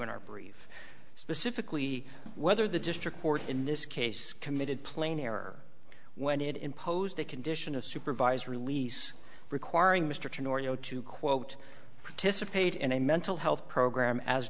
in our brief specifically whether the district court in this case committed plain error when it imposed a condition of supervised release requiring mr norio to quote participate in a mental health program as